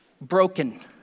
broken